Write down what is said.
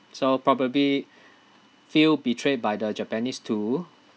so probably feel betrayed by the japanese too